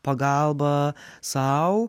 pagalbą sau